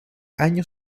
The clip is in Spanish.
año